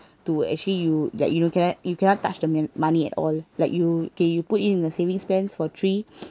to actually you like you cannot you cannot touch the money at all like you kay you put in a savings plan for three